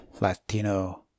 Latino